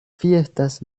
fiestas